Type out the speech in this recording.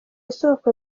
isoko